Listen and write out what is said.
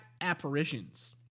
apparitions